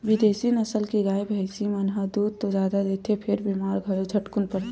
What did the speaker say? बिदेसी नसल के गाय, भइसी मन ह दूद तो जादा देथे फेर बेमार घलो झटकुन परथे